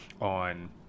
on